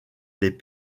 les